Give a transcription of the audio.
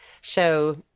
show